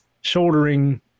shouldering